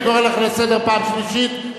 אני קורא אותך לסדר פעם שלישית.